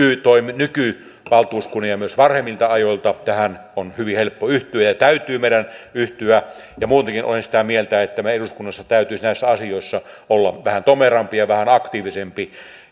nykyvaltuuskunnalle ja myös valtuuskunnalle varhemmilta ajoilta tähän on hyvin helppo yhtyä ja ja meidän täytyy yhtyä ja muutenkin olen sitä mieltä että meidän eduskunnassa täytyisi näissä asioissa olla vähän tomerampia ja vähän aktiivisempia